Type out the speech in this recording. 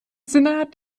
senat